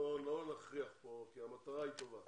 לא נכריח כאן כי המטרה היא טובה